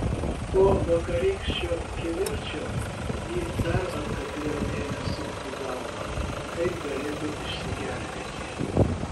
po vakarykščio kivirčo ji dar atkakliau ėmė sukti galvą kaip galėtų išsigelbėti